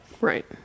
Right